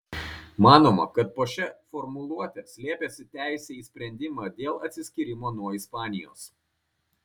manoma kad po šia formuluote slėpėsi teisė į sprendimą dėl atsiskyrimo nuo ispanijos